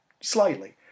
slightly